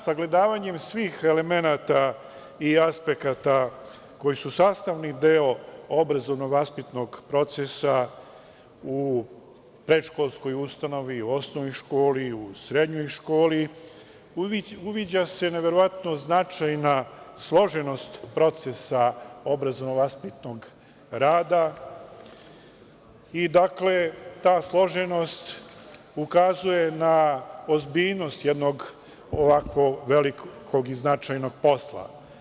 Sagledavanjem svih elemenata i aspekata koji su sastavni deo obrazovno-vaspitnog procesa u predškolskoj ustanovi, osnovnoj školi i u srednjoj školi uviđa se neverovatno značajna složenost procesa obrazovno-vaspitnog rada, i dakle ta složenost ukazuje na ozbiljnost jednog ovako veliko i značajno posla.